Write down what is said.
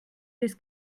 this